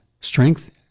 strength